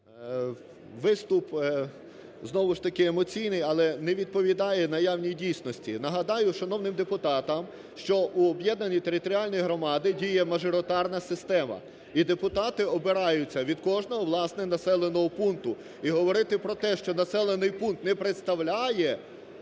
Виступ знову ж таки емоційний, але не відповідає наявній дійсності. Нагадаю шановним депутатам, що у об'єднаній територіальній громади діє мажоритарна система і депутати обираються від кожного, власне, населеного пункту. І говорити про те, що населений пункт не представляє